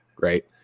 right